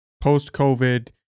post-COVID